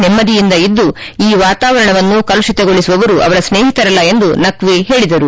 ನೆಮ್ಮಿಯಿಂದ ಇದ್ದು ಈ ವಾತಾವರಣವನ್ನು ಕಲುಶಿತಗೊಳಿಸುವವರು ಅವರ ಸ್ನೇಹಿತರಲ್ಲ ಎಂದು ನಕ್ವಿ ಹೇಳಿದರು